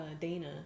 Dana